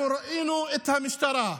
אנחנו ראינו את המשטרה,